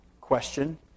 question